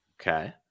Okay